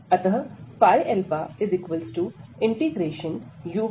अतः u1u2fxαdx